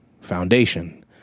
foundation